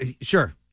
Sure